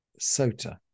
Sota